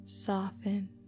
Soften